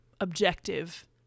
Objective